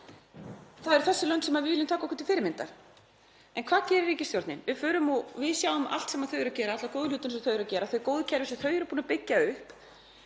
Það eru þessi lönd sem við viljum taka okkur til fyrirmyndar. En hvað gerir ríkisstjórnin? Við förum og við sjáum allt sem þau eru að gera, alla góðu hlutina sem þau eru að gera, þau góðu kerfi sem þau eru búin að byggja upp